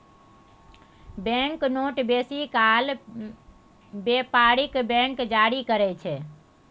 bank note बेसी काल बेपारिक बैंक जारी करय छै